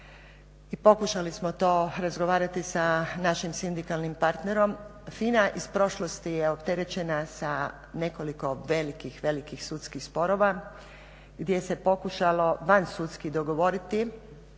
i pokušali smo to razgovarati sa našim sindikalnim partnerom. FINA iz prošlosti je opterećena sa nekoliko velikih, velikih sudskih sporova gdje se pokušalo van sudskih dogovoriti,